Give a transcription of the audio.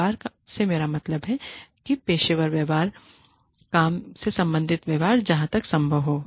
व्यवहार से मेरा मतलब है कि पेशेवर व्यवहार काम से संबंधित व्यवहार जहाँ तक संभव हो